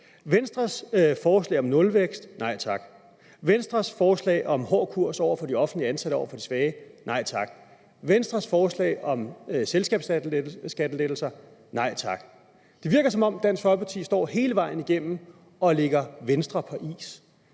Venstres forslag om nulvækst siger man nej tak; til Venstres forslag om en hård kurs over for de offentligt ansatte og over for de svage siger man nej tak, og til Venstres forslag om selskabsskattelettelser siger man nej tak. Det virker, som om Dansk Folkeparti hele vejen igennem står og lægger Venstre på is.